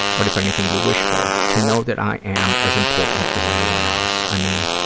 what, if anything, do you wish for? to know that i am as important as anyone else. i mean,